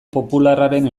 popularraren